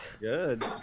good